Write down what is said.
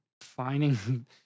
finding